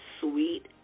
sweet